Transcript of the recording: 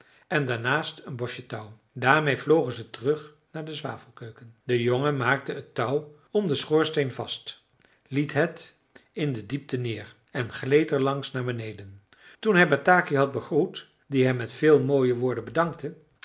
en daarnaast een bosje touw daarmeê vlogen ze terug naar de zwavelkeuken de jongen maakte het touw om den schoorsteen vast liet het in de diepte neer en gleed er langs naar beneden toen hij bataki had begroet die hem met veel mooie woorden bedankte